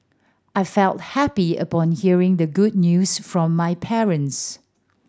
I felt happy upon hearing the good news from my parents